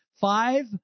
Five